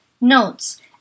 notes